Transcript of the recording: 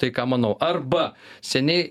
tai ką manau arba seniai